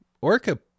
orca